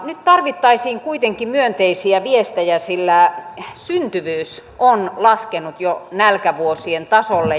nyt tarvittaisiin myönteisiä viestejä sillä syntyvyys on laskenut jo nälkävuosien tasolle